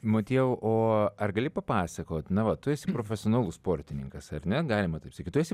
motiejau o ar gali papasakot na va tu esi profesionalus sportininkas ar ne galima taip sakyt tu esi